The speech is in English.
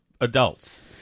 adults